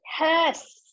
Yes